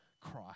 Christ